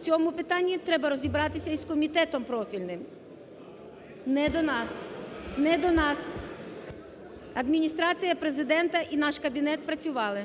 в цьому питанні треба розібратися і з комітетом профільним. Не до нас, не до нас. Адміністрація Президента і наш кабінет працювали.